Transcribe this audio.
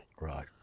Right